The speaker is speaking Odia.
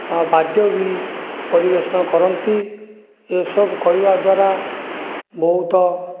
ଆଉ ବାଦ୍ୟ ବି ପରିବେଷଣ କରନ୍ତି ଏସବୁ କରିବାଦ୍ୱାରା ବହୁତ